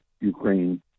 Ukraine